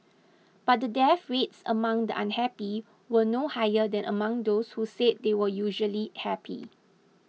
but the death rates among the unhappy were no higher than among those who said they were usually happy